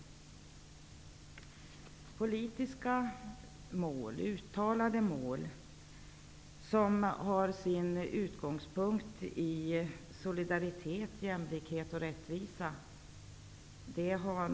Det har nästan blivit fult att framföra politiska mål som har sin utgångspunkt i solidaritet, jämlikhet och rättvisa.